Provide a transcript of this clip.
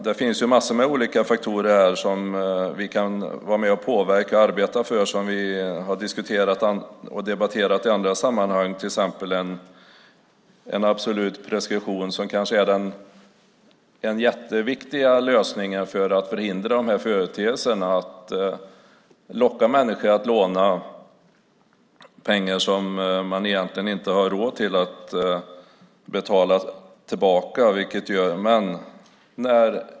Det finns massor av olika faktorer som vi kan vara med och påverka och arbeta för och som vi har diskuterat och debatterat i andra sammanhang, till exempel en absolut preskription. Det är en jätteviktig lösning för att förhindra att människor lockas att låna pengar som de egentligen inte har råd att betala tillbaka.